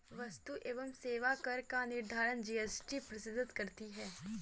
वस्तु एवं सेवा कर का निर्धारण जीएसटी परिषद करती है